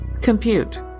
compute